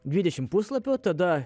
dvidešimt puslapių tada